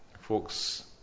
Folks